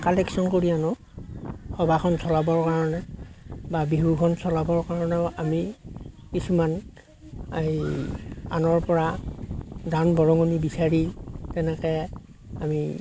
collection কৰি আনো সভাখন চলাবৰ কাৰণে বা বিহুখন চলাবৰ কাৰণেও আমি কিছুমান এই আনৰ পৰা দান বৰঙণি বিচাৰি তেনেকে আমি